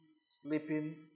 sleeping